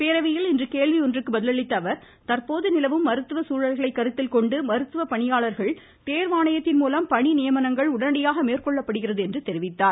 பேரவையில் இன்று கேள்வி ஒன்றிற்கு பதில் அளித்த அவர் தற்போது நிலவும் மருத்துவ சூழல்களை கருத்தில் கொண்டு மருத்துவ பணியாளர்கள் தேர்வாணையத்தின் மூலம் பணி நியமனங்கள் உடனடியாக மேற்கொள்ளப்படுகிறது என்றார்